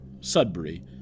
Sudbury